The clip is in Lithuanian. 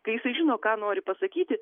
kai jisai žino ką nori pasakyti